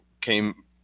came